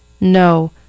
No